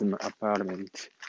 apartment